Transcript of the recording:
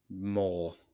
More